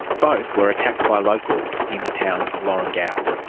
both were attacked by locals in the town of lorengau. um